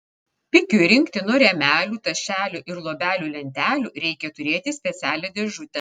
pikiui rinkti nuo rėmelių tašelių ir luobelių lentelių reikia turėti specialią dėžutę